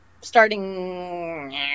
starting